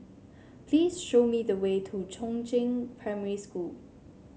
please show me the way to Chongzheng Primary School